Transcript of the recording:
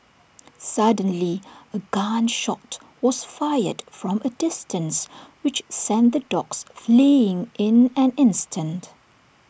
suddenly A gun shot was fired from A distance which sent the dogs fleeing in an instant